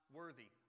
worthy